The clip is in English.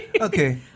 Okay